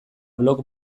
blog